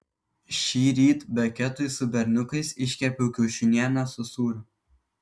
šįryt beketui su berniukais iškepiau kiaušinienę su sūriu